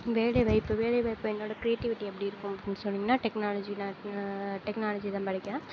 வேலைவாய்ப்பு வேலைவாய்ப்பு என்னோட கிரியேட்டிவிட்டி எப்படி இருக்கும் அப்டின்னு சொன்னீங்கனா டெக்னாலஜிலாம் இருக்கு டெக்னாலஜி தான் படிக்கிறேன்